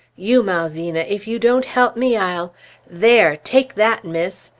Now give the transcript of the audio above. you malvina! if you don't help me, i'll there! take that, miss!